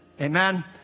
Amen